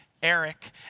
Eric